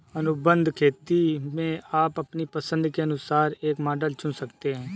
अनुबंध खेती में आप अपनी पसंद के अनुसार एक मॉडल चुन सकते हैं